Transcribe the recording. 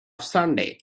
sunday